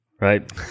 right